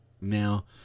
Now